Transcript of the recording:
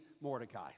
Mordecai